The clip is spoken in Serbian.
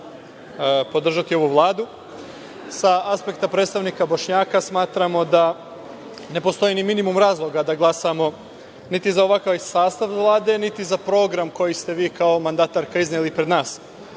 podržati ovu Vladu. Sa aspekta predstavnika Bošnjaka smatramo da ne postoji ni minimum razloga da glasamo niti za ovakav sastav Vlade, niti za program, koji ste vi kao mandatarka izneli pred nas. Kada